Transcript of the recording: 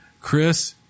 Chris